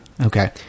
Okay